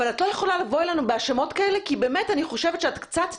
אבל את לא יכולה לבוא אלינו בהאשמות כאלה כי באמת אני חושבת שאת קצת,